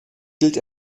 gilt